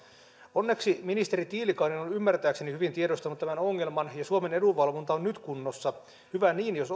onneksi ministeri tiilikainen on ymmärtääkseni hyvin tiedostanut tämän ongelman ja suomen edunvalvonta on nyt kunnossa hyvä niin jos